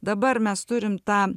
dabar mes turim tą